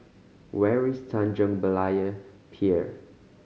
where is Tanjong Berlayer Pier